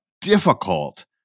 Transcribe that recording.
difficult